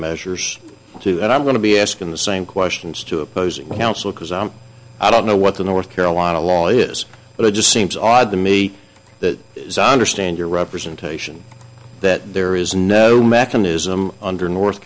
measures too and i'm going to be asking the same questions to opposing counsel because i don't know what the north carolina law is but it just seems odd to me that understand your representation that there is no mechanism under north